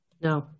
No